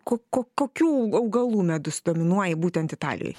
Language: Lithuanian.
ko ko kokių au augalų medus dominuoja būtent italijoj